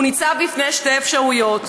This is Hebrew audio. הוא ניצב בפני שתי אפשרויות,